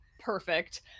perfect